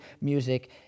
music